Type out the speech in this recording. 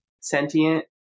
sentient